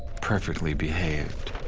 perfectly behaved.